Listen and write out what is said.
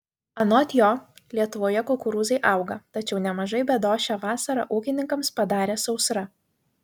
anot jo lietuvoje kukurūzai auga tačiau nemažai bėdos šią vasarą ūkininkams padarė sausra